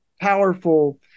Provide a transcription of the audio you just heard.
powerful